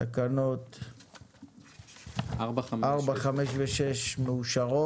הצבעה תקנות 4, 5 ו-6 אושרו